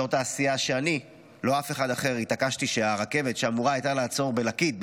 שאני ולא אף אחד אחר התעקשתי שהרכבת שהייתה אמורה לעצור בליקית,